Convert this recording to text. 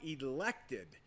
elected